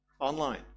online